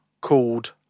called